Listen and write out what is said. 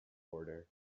order